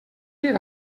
dir